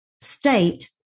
state